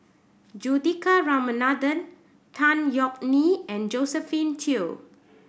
Juthika Ramanathan Tan Yeok Nee and Josephine Teo